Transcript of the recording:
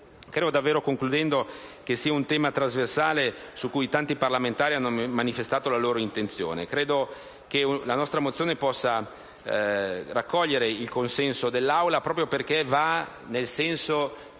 regolamentare. Questo è un tema trasversale su cui tanti parlamentari hanno manifestato la propria intenzione e credo che la nostra mozione possa raccogliere il consenso dell'Assemblea proprio perché va nel senso